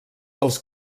els